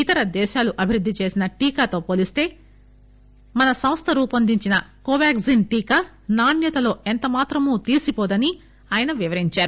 ఇతర దేశాలు అభివృద్ది చేసిన టీకాలతో పోలిస్త తమ సంస్థ రూపొందించిన కోవాగ్టిన్ టీకా నాణ్వతలో ఎంతమాత్రం తీసిపోదని ఆయన వివరించారు